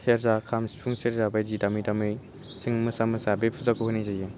सेरजा खाम सिफुं सेरजा बायदि दामै दामै जों मोसा मोसा बे फुजाखौ होनाय जायो